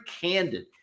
candid